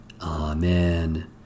Amen